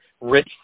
rich